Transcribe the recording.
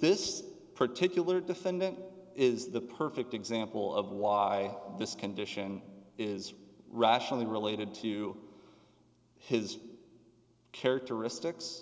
this particular defendant is the perfect example of why this condition is rationally related to his characteristics